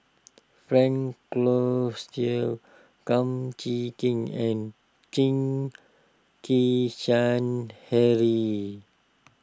Frank Cloutier Kum Chee Kin and Chen Kezhan Henri